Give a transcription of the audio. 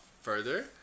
further